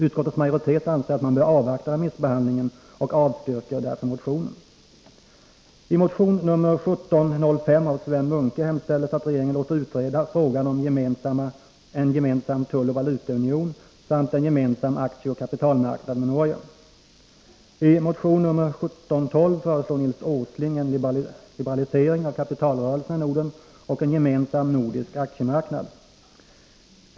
Utskottets majoritet anser att man bör avvakta remissbehandlingen och avstyrker därför motionerna. I motion 1712 föreslår Nils Åsling en liberalisering av kapitalrörelserna i Norden och en gemensam nordisk aktiemarknad.